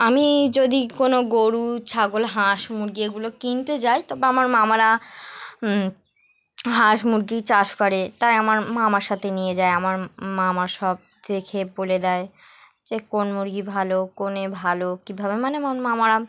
আমি যদি কোনো গরু ছাগল হাঁস মুরগি এগুলো কিনতে যাই তবে আমার মামারা হাঁস মুরগির চাষ করে তাই আমার মামার সাথে নিয়ে যায় আমার মামা সব দেখে বলে দেয় যে কোন মুরগি ভালো কোন এ ভালো কীভাবে মানে মার মামারা